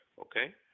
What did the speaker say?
Okay